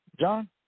John